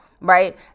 right